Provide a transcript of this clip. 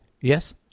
Yes